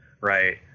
right